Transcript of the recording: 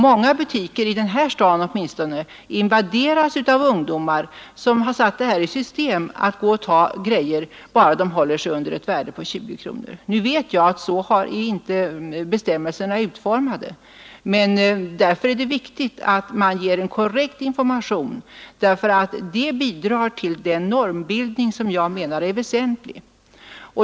Många butiker, åtminstone i den här staden, invaderas av ungdomar som har satt i system att gå och ta grejor, bara de håller sig under ett värde av 20 kronor. Nu vet jag att bestämmelserna inte är utformade så. Därför är det viktigt att man ger korrekt information; det bidrar till den normbildning som jag menar är väsentlig.